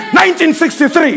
1963